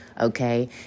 okay